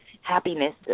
happiness